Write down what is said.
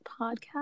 podcast